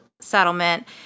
settlement